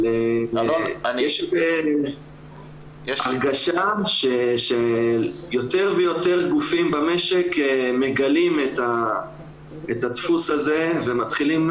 יש הרגשה שיותר ויותר גופים במשק מגלים את הדפוס הזה ומתחילים,